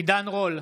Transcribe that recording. עידן רול,